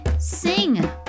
sing